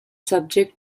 subject